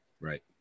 Right